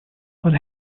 what